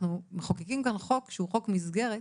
אנחנו מחוקקים חוק מסגרת,